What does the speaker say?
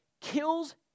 kills